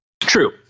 True